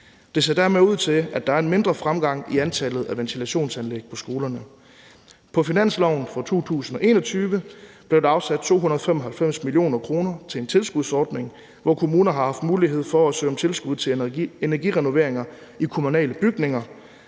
Det ser dermed ud til, at der er en mindre fremgang i antallet af ventilationsanlæg på skolerne. På finansloven for 2021 blev der afsat 295 mio. kr. til en tilskudsordning, hvor kommuner har haft mulighed for at søge om tilskud til energirenoveringer i kommunale bygninger,